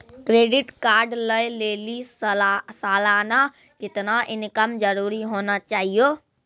Credit card लय लेली सालाना कितना इनकम जरूरी होना चहियों?